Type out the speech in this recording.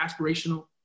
aspirational